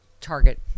target